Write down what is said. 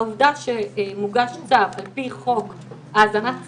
העובדה שמוגש צו על פי חוק האזנת סתר,